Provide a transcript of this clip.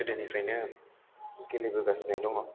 गोदोनिफ्रायनो गेलेबोगासिनो दङ